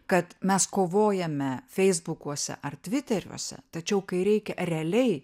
kad mes kovojame feisbukuose ar tviteriuose tačiau kai reikia realiai